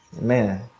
man